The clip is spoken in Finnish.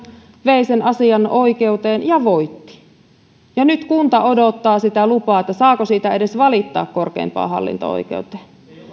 vei sen asian oikeuteen ja voitti ja nyt kunta odottaa sitä lupaa että saako siitä edes valittaa korkeimpaan hallinto oikeuteen